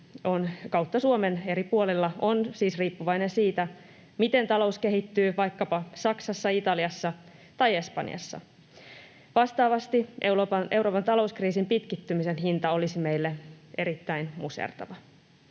kautta Suomen eri puolilla, on siis riippuvainen siitä, miten talous kehittyy vaikkapa Saksassa, Italiassa tai Espanjassa. Vastaavasti Euroopan talouskriisin pitkittymisen hinta olisi meille erittäin musertava.